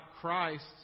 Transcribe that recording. Christ